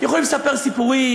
יכולים לספר סיפורים,